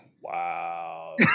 Wow